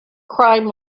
crime